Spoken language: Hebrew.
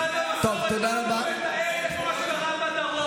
ומשרד המסורת לא אמור לנהל את מה שקרה בדרום.